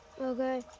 Okay